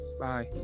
Bye